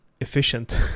efficient